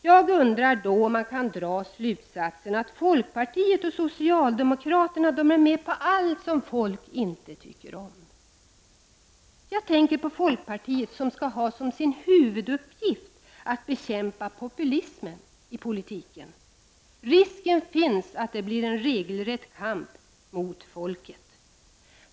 Då undrar jag om man i så fall kan dra slutsatsen att folkpartiet och socialdemokraterna är med på allt som folk inte tycker om? Jag tänker på folkpartiet som skall ha som sin huvuduppgift att bekämpa populismen i politiken. Risken finns att det blir en regelrätt kamp mot folket.